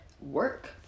work